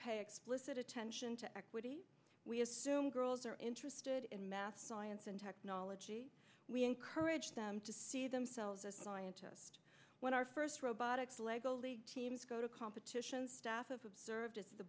pay explicit attention to equity we assume girls are interested in math science and technology we encourage them to see themselves as a scientist when our first robotics lego league teams go to competitions staff of observed